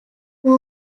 who